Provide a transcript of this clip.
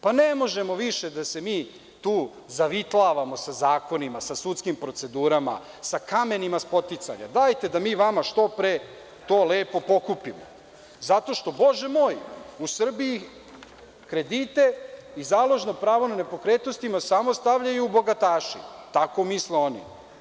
Pa, ne možemo više da se mi tu zavitlavamo sa zakonima, sa sudskim procedurama, sa kamenima spoticanja, dajte da mi vama što pre to lepo pokupimo, zato što, bože moj, u Srbiji kredite i založno pravo na nepokretnosti samo stavljaju bogataši, tako misle oni.